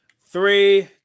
Three